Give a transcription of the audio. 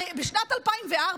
הרי בשנת 2004,